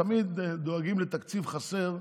תמיד דואגים לתקציב חסר,